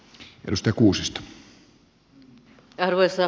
arvoisa puhemies